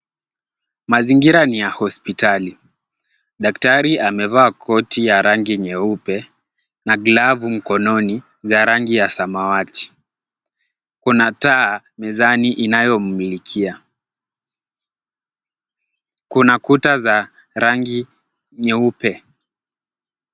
Mazingira ni ya hospitali. Daktari amevaa koti ya rangi nyeupe na glavu mkononi za rangi ya samawati. Kuna taa mezani inayommulikia. Kuna kuta za rangi nyeupe.